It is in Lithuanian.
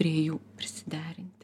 prie jų prisiderinti